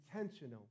intentional